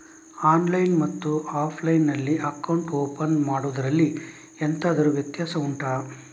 online ಮತ್ತು offline ನಲ್ಲಿ account open ಮಾಡುವುದರಲ್ಲಿ ಎಂತಾದರು ವ್ಯತ್ಯಾಸ ಉಂಟಾ